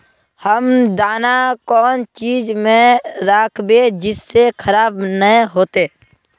हम दाना कौन चीज में राखबे जिससे खराब नय होते?